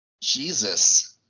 Jesus